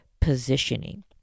positioning